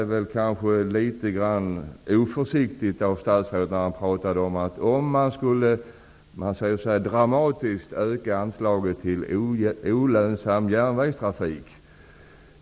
Det var kanske litet oförsiktigt av statsrådet att prata om att dramatiskt öka anslaget till olönsam järnvägstrafik.